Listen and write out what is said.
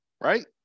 right